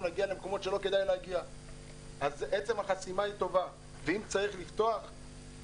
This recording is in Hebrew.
לא מספיק אז חזרתי לפיקוח של ועדת הרבנים לתקשורת,